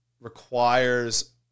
requires